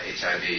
HIV